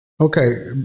Okay